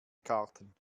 karten